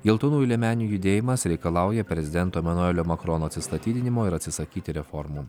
geltonųjų liemenių judėjimas reikalauja prezidento emanuelio makrono atsistatydinimo ir atsisakyti reformų